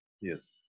Yes